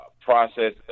process